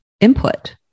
input